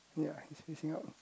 ya he's facing out